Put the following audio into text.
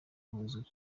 buzwi